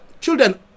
Children